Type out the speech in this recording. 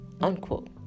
unquote